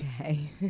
Okay